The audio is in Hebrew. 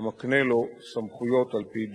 השר